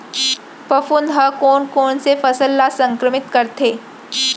फफूंद ह कोन कोन से फसल ल संक्रमित करथे?